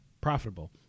profitable